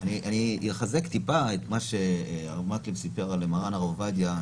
אני אחזק את מה שהרב מקלב סיפר על מרן הרב עובדיה,